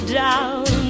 down